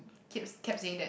keep kept saying that